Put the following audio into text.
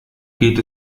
geht